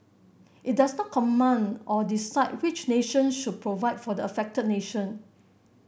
it does not command or decide which nations should provide for the affected nation